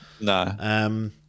no